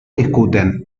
discuten